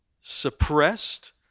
suppressed